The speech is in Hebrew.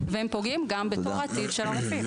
והם פוגעים גם בדור העתיד של הרופאים.